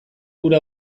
gure